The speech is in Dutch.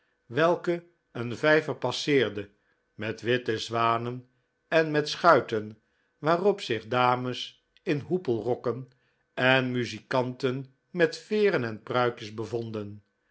welke een vijver passeerde met witte zwanen en met schuiten waarop zich dames in hoepelrokken en muzikanten met veeren en pruikjes bevonden